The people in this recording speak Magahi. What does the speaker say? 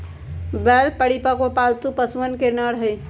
बैल परिपक्व, पालतू पशुअन के नर हई